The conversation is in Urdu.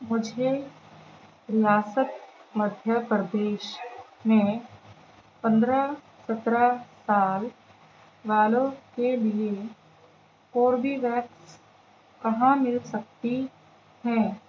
مجھے ریاست مدھیہ پردیش میں پندرہ سترہ سال والوں کے لیے کوربیویکس کہاں مل سکتی ہے